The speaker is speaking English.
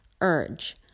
urge